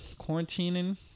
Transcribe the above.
quarantining